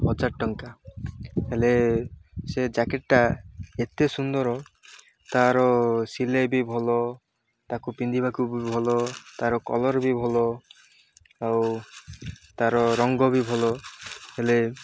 ହଜାର ଟଙ୍କା ହେଲେ ସେ ଜ୍ୟାକେଟ୍ଟା ଏତେ ସୁନ୍ଦର ତା'ର ସିଲେଇ ବି ଭଲ ତାକୁ ପିନ୍ଧିବାକୁ ବି ଭଲ ତା'ର କଲର୍ ବି ଭଲ ଆଉ ତା'ର ରଙ୍ଗ ବି ଭଲ ହେଲେ